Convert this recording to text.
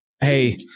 Hey